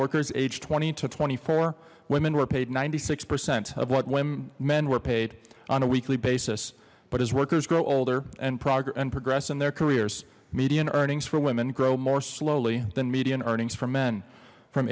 workers aged twenty to twenty four women were paid ninety six percent of what when men were paid on a weekly basis but his workers grow older and progress and progress in their careers median earnings for women grow more slowly than median earnings for men from